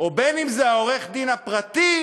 ובין אם זה עורך-הדין הפרטי